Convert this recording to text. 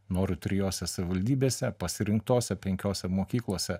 noriu trijose savivaldybėse pasirinktose penkiose mokyklose